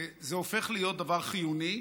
זה הופך להיות דבר חיוני,